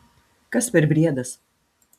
kas per briedas